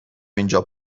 اینجا